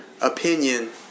opinion